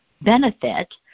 benefit